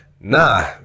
nah